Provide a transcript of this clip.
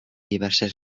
diverses